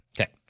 Okay